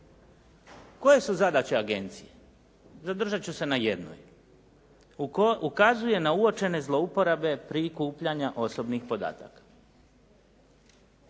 Koje su zadaće agencije? Zadržat ću se na jednoj. Ukazuje na uočene zlouporabe prikupljanja osobnih podataka.